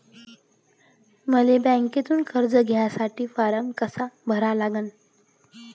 मले बँकेमंधून कर्ज घ्यासाठी फारम कसा भरा लागन?